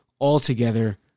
altogether